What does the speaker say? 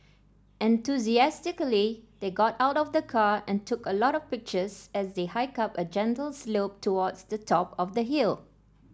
enthusiastically they got out of the car and took a lot of pictures as they hiked up a gentle slope towards the top of the hill